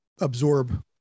absorb